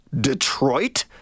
detroit